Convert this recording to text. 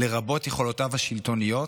לרבות יכולותיו השלטוניות,